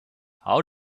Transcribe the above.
how